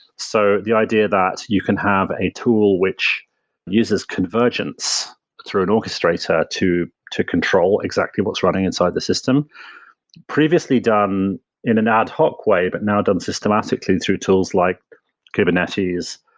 so the idea that you can have a tool which uses convergence through an orchestrator to to control exactly what's running inside the system previously done in an ad hoc way, but now done systematically through tools like kubernetes,